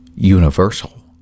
Universal